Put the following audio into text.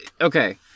Okay